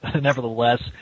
nevertheless